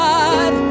God